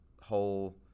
whole